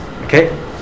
Okay